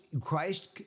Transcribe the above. Christ